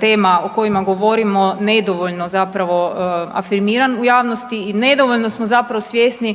tema o kojima govorimo nedovoljno zapravo afirmiran u javnosti i nedovoljno smo zapravo svjesni